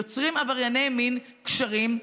יוצרים עברייני מין קשרים,